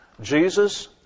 Jesus